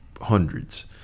hundreds